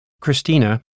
Christina